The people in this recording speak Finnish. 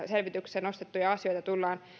selvityksessä nostettuja asioita tullaan